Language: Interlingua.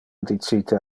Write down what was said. dicite